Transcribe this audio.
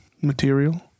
material